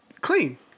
clean